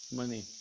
money